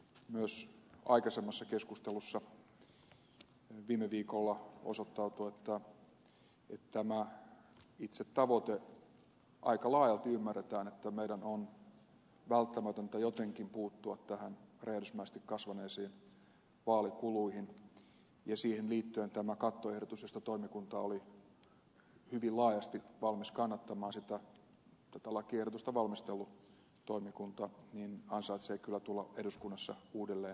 myös aikaisemmassa keskustelussa viime viikolla osoittautui että tämä itse tavoite aika laajalti ymmärretään että meidän on välttämätöntä jotenkin puuttua räjähdysmäisesti kasvaneisiin vaalikuluihin ja siihen liittyen tämä kattoehdotus jota tätä lakiehdotusta valmistellut toimikunta oli hyvin laajasti valmis kannattamaan ansaitsee kyllä tulla eduskunnassa uudelleen käsitellyksi